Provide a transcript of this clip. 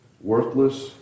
worthless